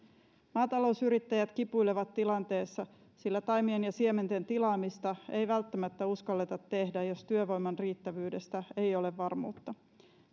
maatalousyrittäjät kipuilevat tilanteessa sillä taimien ja siementen tilaamista ei välttämättä uskalleta tehdä jos työvoiman riittävyydestä ei ole varmuutta